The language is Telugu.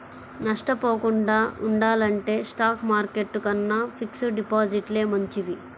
నష్టపోకుండా ఉండాలంటే స్టాక్ మార్కెట్టు కన్నా ఫిక్స్డ్ డిపాజిట్లే మంచివి